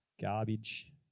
garbage